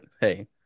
hey